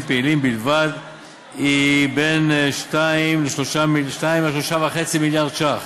פעילים בלבד היא 2 3.5 מיליארד שקל.